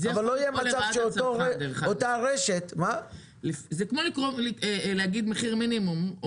אבל לא יהיה מצב שאותה רשת --- זה כמו להגיד מחיר מינימום.